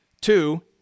Two